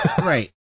Right